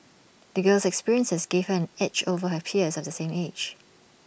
the girl's experiences gave her an edge over her peers of the same age